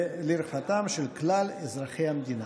לרווחתם של כלל אזרחי המדינה.